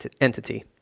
entity